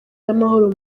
y’amahoro